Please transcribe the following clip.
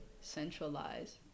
centralize